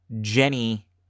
Jenny